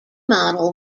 model